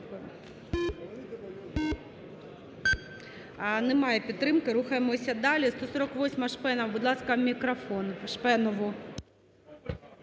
Немає підтримки. Рухаємося далі. 148-а, Шпенова. Будь ласка, мікрофон